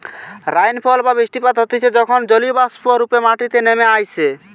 rainfall বা বৃষ্টিপাত হতিছে যখন জলীয়বাষ্প রূপে মাটিতে নেমে আইসে